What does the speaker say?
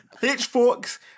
pitchforks